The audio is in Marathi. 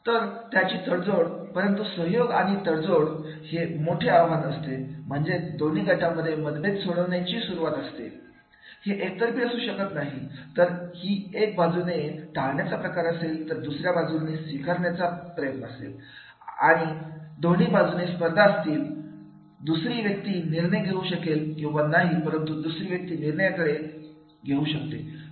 तर त्यांची तडजोड परंतु सह्योग आणि तडजोड करणे हे मोठे आव्हान असते म्हणजेच दोन्ही गटातून मतभेद सोडवण्याची सुरुवात असते हे एकतर्फी असू शकत नाही ही तर एका बाजूने टाळण्याचा प्रकार असेल तर दुसर्या बाजूने स्वीकारणे असेल किंवा दोन्ही बाजूने स्पर्धा असतील दुसरी व्यक्ती निर्णय घेऊ शकेल किंवा नाही परंतु दुसरी व्यक्ती निर्णय घेऊ शकते